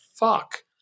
fuck